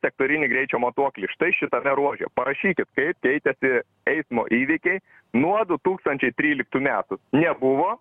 sektorinį greičio matuoklį štai šitame ruože parašykit kaip keitėsi eismo įvykiai nuo du tūkstančiai tryliktų metų nebuvo